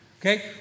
Okay